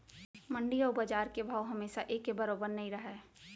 मंडी अउ बजार के भाव हमेसा एके बरोबर नइ रहय